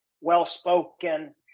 well-spoken